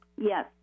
Yes